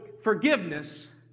forgiveness